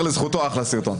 ייאמר לזכותו, אחלה סרטון.